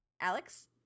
Alex